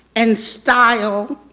and style.